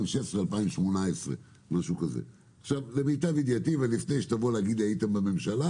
2016 2018. לפני שתגיד לי שהיינו בממשלה